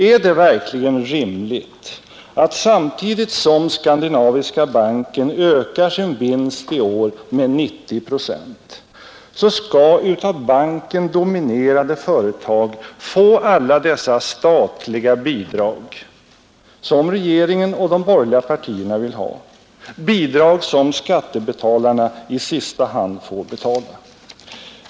Är det verkligen rimligt att samtidigt som Skandinaviska banken ökar sin vinst i år med 90 procent skall av banken dominerade företag få alla dessa statliga bidrag, som regeringen och de borgerliga partierna vill ha, bidrag som i sista hand skattebetalarna får betala?